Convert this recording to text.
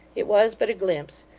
it was but a glimpse,